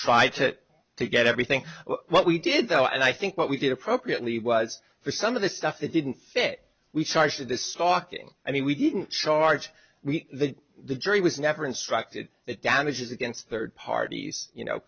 tried to get everything what we did though and i think what we did appropriately was for some of the stuff that didn't fit we charge the stalking i mean we didn't charge the jury was never instructed it damages against third parties you know